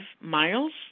miles